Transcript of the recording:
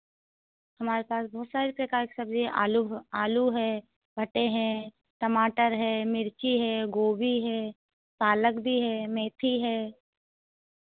हमारे पास बहुत प्रकार के सब्ज़ियाँ आलू घ आलू है भटे है टमाटर है मिर्च है गोबी है पालक भी है मेथी है